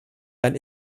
dann